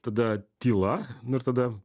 tada tyla nu ir tada